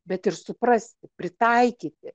bet ir suprasti pritaikyti